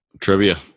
Trivia